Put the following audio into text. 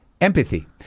empathy